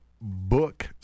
book